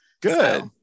Good